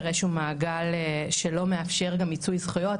איזה שהוא מעגל שלא מאפשר גם מיצוי זכויות,